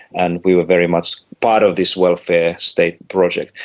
and we were very much part of this welfare state project.